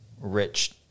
rich